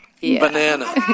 Banana